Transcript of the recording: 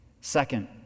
Second